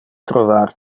trovar